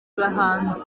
bahanzi